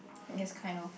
yes kind of